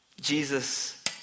Jesus